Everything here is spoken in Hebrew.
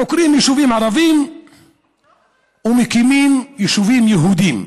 עוקרים יישובים ערביים ומקימים יישובים יהודיים,